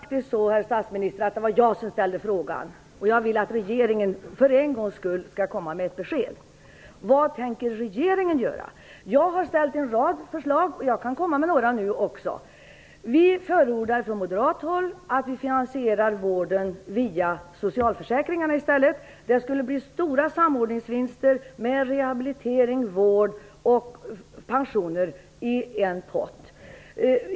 Fru talman! Nu var det faktiskt så, herr statsminister, att det var jag som ställde frågan. Jag vill att regeringen för en gångs skull skall komma med ett besked. Vad tänker regeringen göra? Jag har kommit med en rad förslag. Jag kan komma med några nu också. Vi förordar från moderat håll att vården i stället skall finansieras via socialförsäkringarna. Det skulle bli stora samordningsvinster med rehabilitering, vård och pensioner i en pott.